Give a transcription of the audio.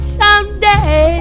someday